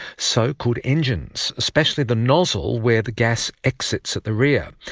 so could engines, especially the nozzle where the gas exits at the rear,